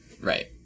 Right